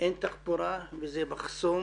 אין תחבורה וזה מחסום